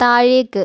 താഴേക്ക്